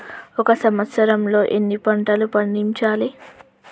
ఒక సంవత్సరంలో ఎన్ని పంటలు పండించాలే?